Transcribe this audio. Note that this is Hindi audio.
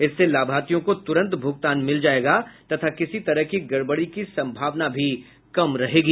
इससे लाभार्थियों को तुरंत भूगतान मिल जाएगा तथा किसी तरह की गडबडी की संभावना भी कम रहेगी